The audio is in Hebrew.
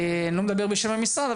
אני לא מדבר בשם המשרד,